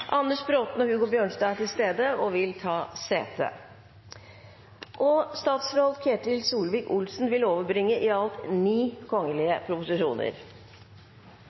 Anders Braaten og Hugo Bjørnstad er til stede og vil ta sete. Statsråd Ketil